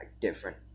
different